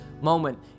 moment